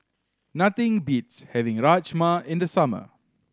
nothing beats having Rajma in the summer